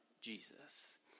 Jesus